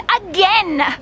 again